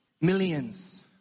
millions